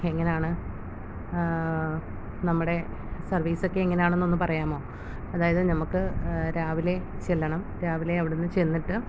അപ്പം എങ്ങനാണ് നമ്മുടെ സർവീസൊക്കെ എങ്ങിനാണെന്നൊന്ന് പറയാമോ അതായത് നമുക്ക് രാവിലെ ചെല്ലണം രാവിലെ അവിടുന്നു ചെന്നിട്ട്